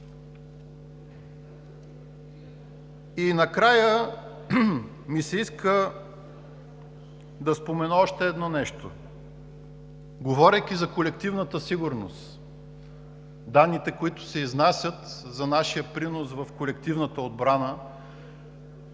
Накрая ми се иска да спомена още нещо. Говорейки за колективната сигурност, данните, които се изнасят, за нашия принос в колективната отбрана,